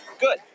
Good